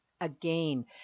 again